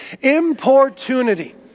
Importunity